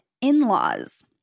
in-laws